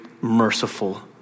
merciful